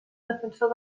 defensor